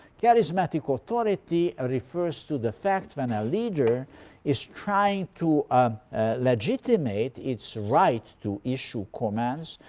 charismatic authority refers to the fact when a leader is trying to ah legitimate its right to issue commands,